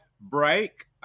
break